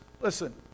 listen